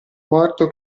morto